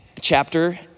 chapter